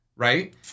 Right